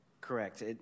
Correct